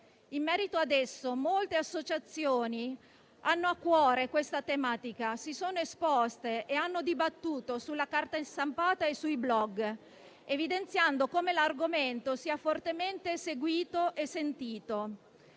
In merito ad esso molte associazioni hanno a cuore questa tematica; si sono esposte e hanno dibattuto sulla carta stampata e sui *blog* evidenziando come l'argomento sia fortemente seguito e sentito.